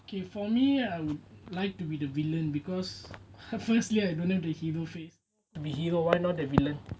okay for me I would like to be the villain because firstly I don't have the hero face